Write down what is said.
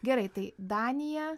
gerai tai danija